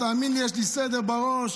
האמן לי, יש לי סדר בראש,